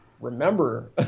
remember